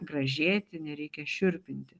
gražėti nereikia šiurpinti